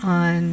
on